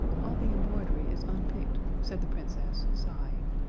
all the embroidery is unpicked, said the princess, sighing.